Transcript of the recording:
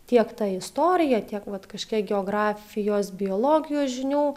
tiek ta istorija tiek vat kažkiek geografijos biologijos žinių